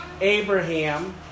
Abraham